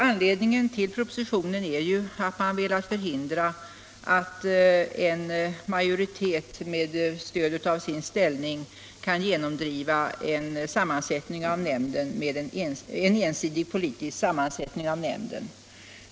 Anledningen till propositionen är att man velat förhindra att en majoritet skall kunna genomdriva en ensidig politisk sammansättning av nämnden.